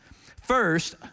First